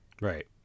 Right